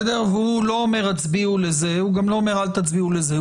והוא לא אומר הצביעו לזה והוא גם לא אומר אל תצביעו לזה.